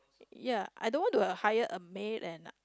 ya I don't want to hired a maid and